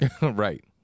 right